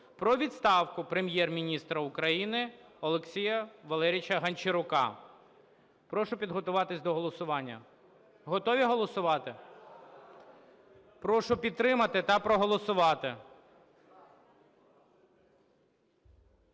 про відставку Прем'єр-міністра України Олексія Валерійовича Гончарука. Прошу підготуватись до голосування. Готові голосувати? Прошу підтримати та проголосувати.